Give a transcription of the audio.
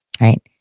Right